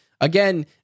Again